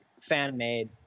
fan-made